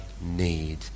need